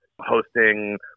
hosting